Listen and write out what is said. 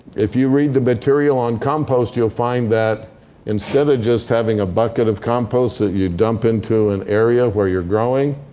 if you read the material on compost, you'll find that instead of just having a bucket of compost that you dump into an area where you're growing,